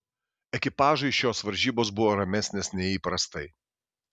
ekipažui šios varžybos buvo ramesnės nei įprastai